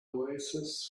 oasis